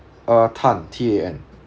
uh tan T A N